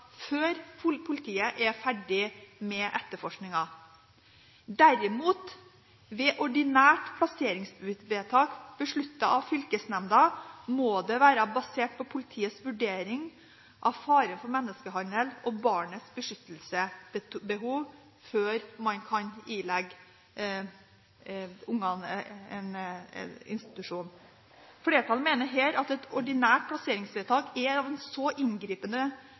før politiet er ferdig med etterforskningen. Ved ordinært plasseringsvedtak, derimot, besluttet av fylkesnemnda, må det være basert på politiets vurdering av faren for menneskehandel og barnets beskyttelsesbehov før man kan plassere ungene på institusjon. Flertallet mener at et ordinært plasseringsvedtak er av en så inngripende